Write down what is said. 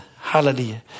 hallelujah